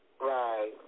Right